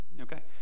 Okay